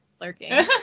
lurking